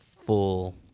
full